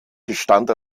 gestand